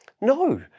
No